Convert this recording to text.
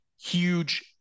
huge